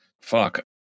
fuck